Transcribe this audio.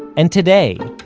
and today,